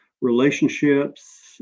relationships